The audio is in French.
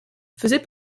faisait